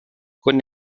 con